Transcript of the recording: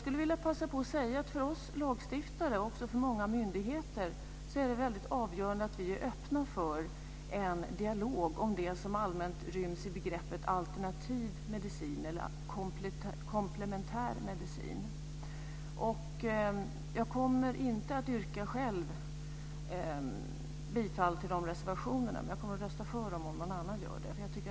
Folkpartiet liberalerna anser att lagen ska ändras så att det krävs informerat samtycke och, som jag tidigare anförde, att det är riksdagen och inte regeringen som ska fatta beslut om de enskilda hälsoregistren. Fru talman!